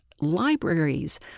libraries